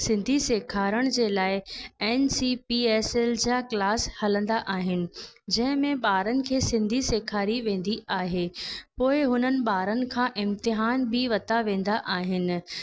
सिंधी सेखारण जे लाइ N C P S L जा क्लास हलंदा आहिनि जंहिंमें ॿारनि खे सिंधी सेखारी वेंदी आहे पोइ हुननि ॿारनि खां इम्तहान भी वरता वेंदा आहिनि